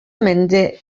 mende